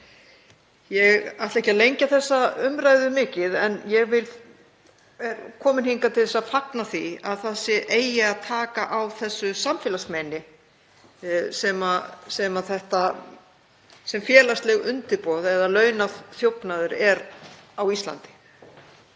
Ég ætla ekki að lengja þessa umræðu mikið en ég er komin hingað til að fagna því að það eigi að taka á því samfélagsmeini sem félagsleg undirboð eða launaþjófnaður er á Íslandi.